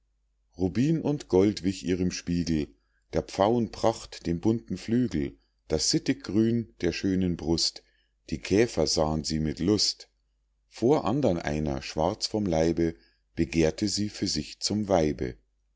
rubin und gold wich ihrem spiegel der pfauen pracht dem bunten flügel das sittiggrün der schönen brust die käfer sahen sie mit lust vor andern einer schwarz vom leibe begehrte sie für sich zum weibe